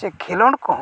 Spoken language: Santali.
ᱪᱮ ᱠᱷᱮᱞᱳᱸᱰ ᱠᱚᱦᱚᱸ